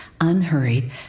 unhurried